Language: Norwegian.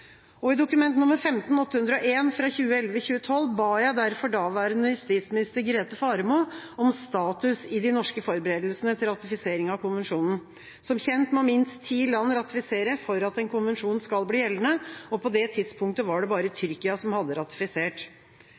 I Dokument nr. 15:801 for 2011–2012 ba jeg derfor daværende justisminister Grete Faremo om status i de norske forberedelsene til ratifisering av konvensjonen. Som kjent må minst ti land ratifisere for at en konvensjon skal bli gjeldende. På det tidspunktet var det bare Tyrkia som hadde ratifisert.